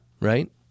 right